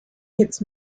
its